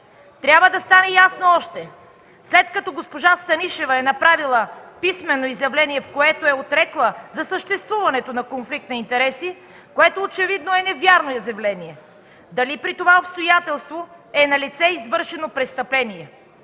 Трябва да стане ясно още – след като госпожа Станишева е направила писмено изявление, в което е отрекла за съществуването на конфликт на интереси, което очевидно е невярно изявление, дали при това обстоятелство е налице извършено престъпление?